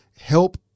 help